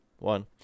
One